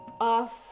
off